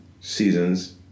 seasons